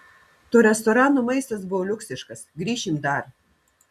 to restorano maistas buvo liuksiškas grįšim dar